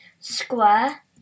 square